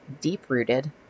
deep-rooted